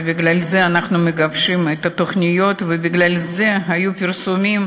ובגלל זה אנחנו מגבשים את התוכניות ובגלל זה היו פרסומים